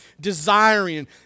desiring